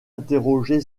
interrogé